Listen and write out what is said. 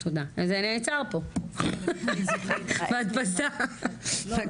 משרד הבריאות.